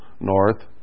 north